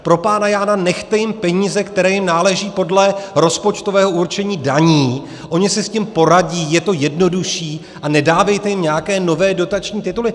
Propánajána, nechte jim peníze, které jim náleží podle rozpočtového určení daní, oni si s tím poradí, je to jednodušší, a nedávejte jim nějaké nové dotační tituly.